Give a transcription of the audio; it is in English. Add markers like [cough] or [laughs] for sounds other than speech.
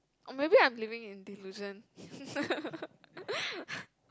or maybe I'm living in delusion [laughs]